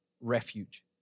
refuge